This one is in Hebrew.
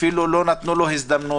אפילו לא נתנו לו הזדמנות.